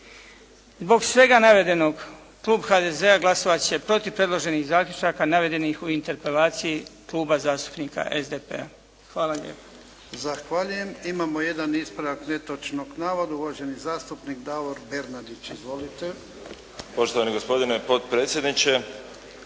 Zbog svega navedenog, klub HZD-a glasovati će protiv predloženih zaključaka navedenih u interpelaciji Kluba zastupnika SDP-a. Hvala lijepo. **Jarnjak, Ivan (HDZ)** Zahvaljujem. Imamo jedan ispravak netočnog navoda, uvaženi zastupnik Davor Bernardić. Izvolite. **Bernardić, Davor (SDP)** Poštovani gospodine potpredsjedniče,